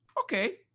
Okay